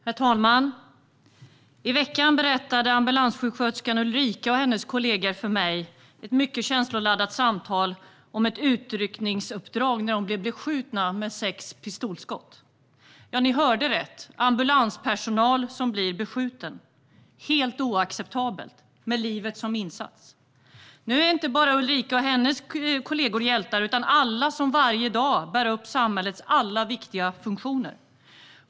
Herr talman! I veckan berättade ambulanssjuksköterskan Ulrika och hennes kollegor för mig i ett mycket känsloladdat samtal om ett uttryckningsuppdrag när de blev beskjutna med sex pistolskott. Ja, ni hörde rätt: Ambulanspersonal blev beskjuten. Det är helt oacceptabelt att de ska utföra sitt arbete med livet som insats. Nu är inte bara Ulrika och hennes kollegor hjältar, utan alla som varje dag bär upp samhällets alla viktiga funktioner är det.